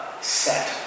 set